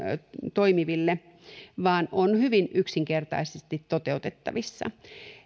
toimiville vaan on hyvin yksinkertaisesti toteutettavissa